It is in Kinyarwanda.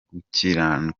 kuzirikana